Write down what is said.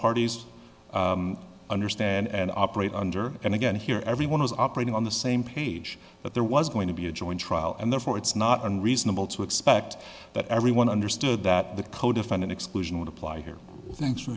parties understand and operate under and again here everyone is operating on the same page that there was going to be a joint trial and therefore it's not unreasonable to expect that everyone understood that the codefendant exclusion would apply here thanks